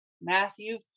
Matthew